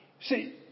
see